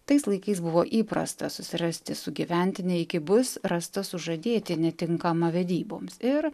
tais laikais buvo įprasta susirasti sugyventinę iki bus rasta sužadėtinė tinkama vedyboms ir